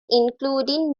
including